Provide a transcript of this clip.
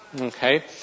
Okay